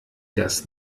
das